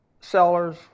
sellers